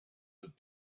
that